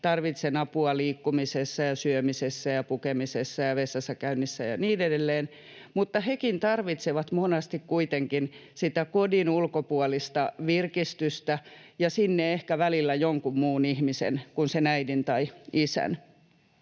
tarvitsee apua liikkumisessa ja syömisessä ja pukemisessa ja vessassa käynnissä ja niin edelleen. Mutta hekin tarvitsevat monasti kuitenkin sitä kodin ulkopuolista virkistystä ja sinne ehkä välillä jonkun muun ihmisen kuin sen äidin tai isän.